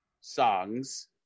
songs